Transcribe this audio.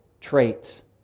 traits